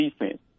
defense